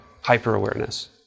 Hyper-awareness